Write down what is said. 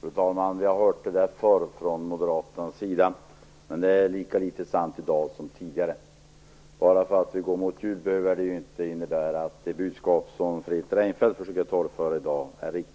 Fru talman! Vi har hört det där förr från moderaternas sida, men det är lika litet sant i dag som tidigare. Bara för att vi går mot jul behöver det ju inte innebära att det budskap som Fredrik Reinfeldt försöker torgföra i dag är riktigt.